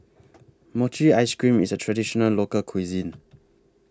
Mochi Ice Cream IS A Traditional Local Cuisine